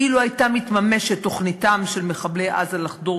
אילו הייתה מתממשת תוכניתם של מחבלי עזה לחדור